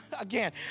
again